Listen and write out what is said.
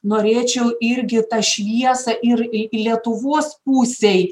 norėčiau irgi ir tą šviesą ir į lietuvos pusėj